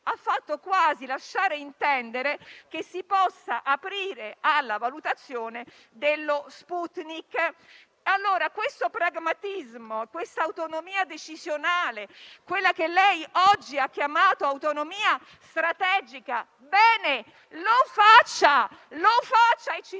Ha fatto quasi lasciar intendere che si possa aprire alla valutazione dello Sputnik. Questo pragmatismo e l'autonomia decisionale, che oggi ha chiamato autonomia strategica, vanno bene: lo faccia e ci